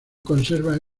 conserva